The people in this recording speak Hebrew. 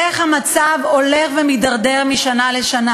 איך המצב הולך ומידרדר משנה לשנה?